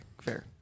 fair